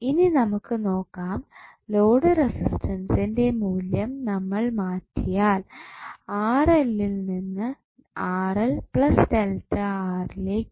ഇനി നമുക്ക് നോക്കാം ലോഡ് റെസിസ്റ്റൻസിന്റെ മൂല്യം നമ്മൾ മാറ്റിയാൽ ൽ നിന്ന് ലേക്ക്